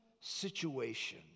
situation